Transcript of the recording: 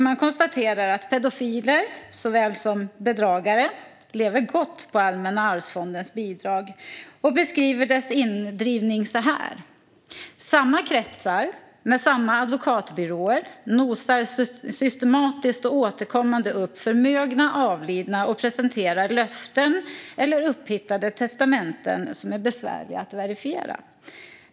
Man konstaterar att pedofiler och bedragare lever gott på Allmänna arvsfondens bidrag och beskriver fondens indrivning så här: Samma kretsar, med samma advokatbyråer, nosar systematiskt och återkommande upp förmögna avlidna och presenterar löften eller upphittade testamenten som är besvärliga att verifiera.